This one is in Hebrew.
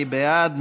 מי בעד?